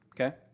Okay